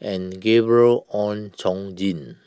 and Gabriel Oon Chong Jin